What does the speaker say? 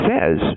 says